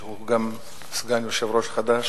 שהיה גם סגן יושב-ראש חד"ש,